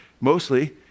mostly